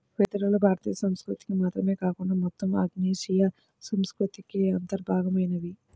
వెదురులు భారతదేశ సంస్కృతికి మాత్రమే కాకుండా మొత్తం ఆగ్నేయాసియా సంస్కృతికి అంతర్భాగమైనవి